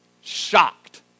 shocked